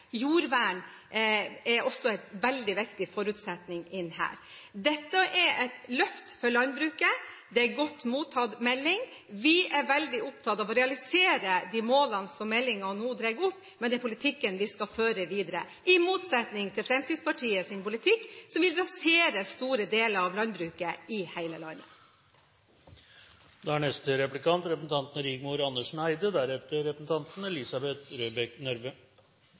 Jordvern er også en veldig viktig forutsetning her. Dette er et løft for landbruket. Meldingen er godt mottatt. Vi er veldig opptatt av å realisere de målene som meldingen nå drar opp, med den politikken vi skal føre videre – i motsetning til Fremskrittspartiets politikk, som vil rasere store deler av landbruket i hele landet.